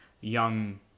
young